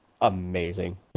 amazing